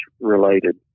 related